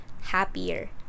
happier